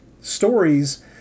stories